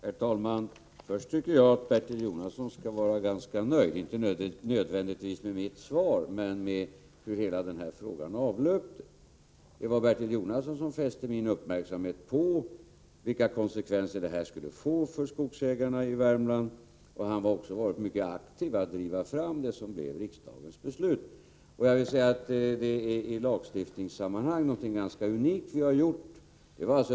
Herr talman! Först vill jag säga att jag tycker att Bertil Jonasson skall vara ganska nöjd — inte nödvändigtvis med mitt svar, men med hur hela denna fråga avlöpte. Det var Bertil Jonasson som fäste min uppmärksamhet på vilka konsekvenser det här skulle få för skogsägarna i Värmland, och han har också varit mycket aktiv för att driva fram det som blev riksdagens beslut. Det har skett något ganska unikt i lagstiftningssammanhang.